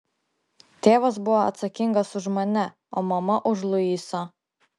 tėvas buvo atsakingas už mane o mama už luisą